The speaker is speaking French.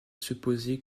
supposé